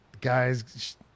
guys